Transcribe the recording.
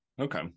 okay